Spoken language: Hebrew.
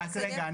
רק רגע,